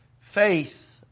Faith